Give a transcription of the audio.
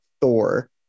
thor